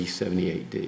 78D